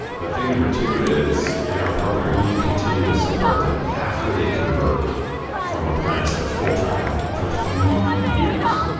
but thing number two is, in our program, we continue to support them after they convert from apprentice to full-time for three years.